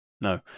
No